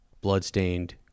blood-stained